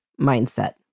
mindset